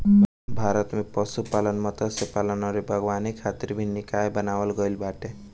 भारत में पशुपालन, मत्स्यपालन अउरी बागवानी खातिर भी निकाय बनावल गईल बाटे